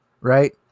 right